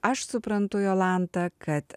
aš suprantu jolanta kad